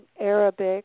Arabic